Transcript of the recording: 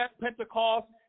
Pentecost